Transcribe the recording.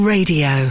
Radio